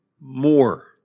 more